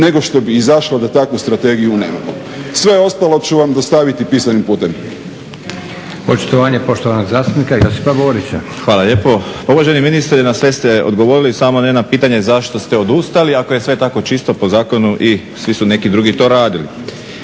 nego što bi izašla da takvu strategiju nemamo. Sve ostalo ću vam dostaviti pisanim putem.